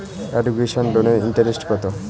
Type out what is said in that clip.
Educational লোনের interest কত?